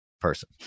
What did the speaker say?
person